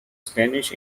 spanish